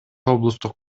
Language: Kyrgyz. облустук